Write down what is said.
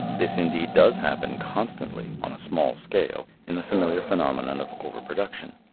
this indeed does happen constantly on a small scale in the familiar phenomenon of over-production.